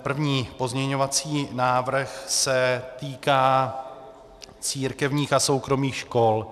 První pozměňovací návrh se týká církevních a soukromých škol.